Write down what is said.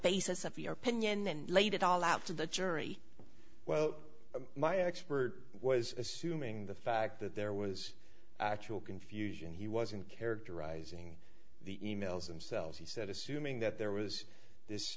basis of your opinion and laid it all out to the jury well my expert was assuming the fact that there was actual confusion he wasn't characterizing the e mails and cells he said assuming that there was this